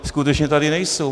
Skutečně tady nejsou.